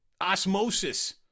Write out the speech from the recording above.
Osmosis